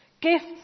gifts